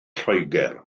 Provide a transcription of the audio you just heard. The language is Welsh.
lloegr